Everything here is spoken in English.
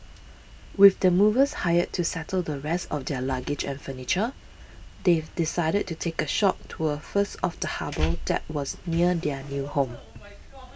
with the movers hired to settle the rest of their luggage and furniture they decided to take a short tour first of the harbour that was near their new home